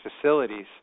facilities